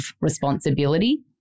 responsibility